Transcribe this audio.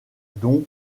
dont